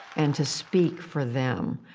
and to speak for them,